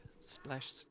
splash